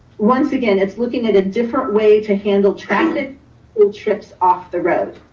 once again, it's looking at a different way to handle traffic will trips off the road.